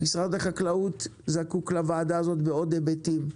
משרד החקלאות זקוק לוועדה הזאת בעוד היבטים.